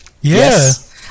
Yes